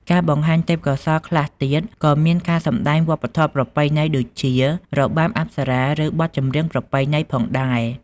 ការបង្ហាញទេពកោសល្យខ្លះទៀតក៏មានការសម្តែងវប្បធម៌ប្រពៃណីដូចជា របាំអប្សរា ឬ បទចម្រៀងប្រពៃណី ផងដែរ។